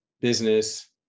business